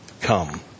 come